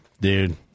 dude